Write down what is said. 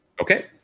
Okay